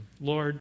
Lord